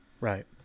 Right